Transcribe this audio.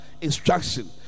instruction